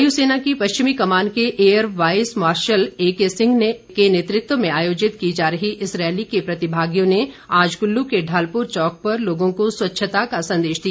वायु सेना की पश्चिमी कमान के air vice marshal A K Singh के नेतृत्व में आयोजित की जा रही इस रैली के प्रतिभागियों ने आज कुल्लू के ढालपुर चौक पर लोगों को स्वच्छता का संदेश दिया